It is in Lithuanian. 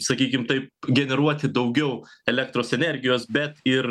sakykim taip generuoti daugiau elektros energijos bet ir